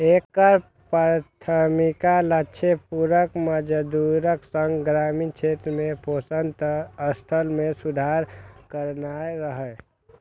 एकर प्राथमिक लक्ष्य पूरक मजदूरीक संग ग्रामीण क्षेत्र में पोषण स्तर मे सुधार करनाय रहै